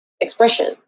expression